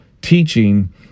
teaching